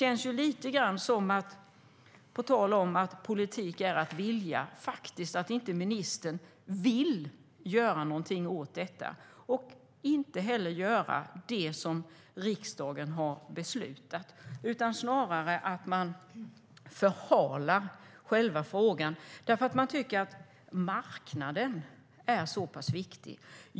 På tal om att politik är att vilja känns det lite grann som att ministern inte vill göra någonting åt detta och inte heller vill göra det som riksdagen har beslutat. Det känns snarare som att man förhalar själva frågan därför att man tycker att marknaden är så pass viktig.